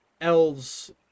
elves